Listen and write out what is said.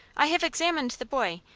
i have examined the boy,